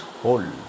whole